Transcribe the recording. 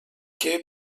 que